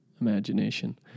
imagination